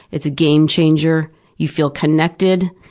it's a game-changer you feel connected,